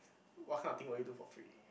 what kind of thing will you do for free